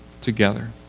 together